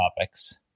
topics